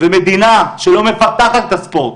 ומדינה שלא דואגת לספורט,